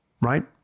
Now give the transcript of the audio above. right